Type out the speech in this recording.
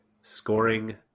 Scoring